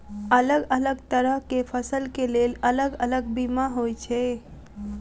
अलग अलग तरह केँ फसल केँ लेल अलग अलग बीमा होइ छै?